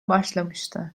başlamıştı